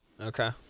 Okay